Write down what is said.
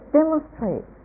demonstrate